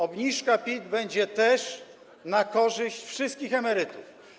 Obniżka PIT będzie też na korzyść wszystkich emerytów.